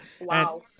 Wow